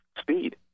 speed